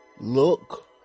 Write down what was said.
look